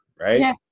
right